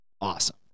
awesome